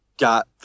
Got